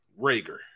Rager